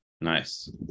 Nice